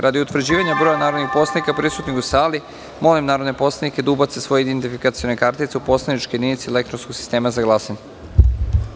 Radi utvrđivanja broja narodnih poslanika prisutnih u sali, molim narodne poslanike da ubace svoje identifikacione kartice u poslaničke jedinice elektronskog sistema za glasanje.